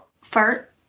first